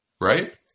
right